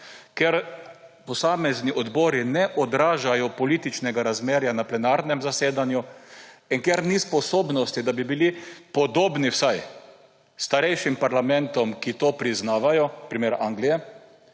ker posamezni odbori ne odražajo političnega razmerja na plenarnem zasedanju in ker ni sposobnosti, da bi bili podobni vsaj starejšim parlamentom, ki to priznavajo, primer Anglije,